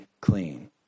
clean